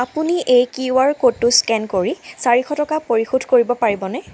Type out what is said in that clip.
আপুনি এই কিউআৰ ক'ডটো স্কেন কৰি চাৰিশ টকা পৰিশোধ কৰিব পাৰিবনে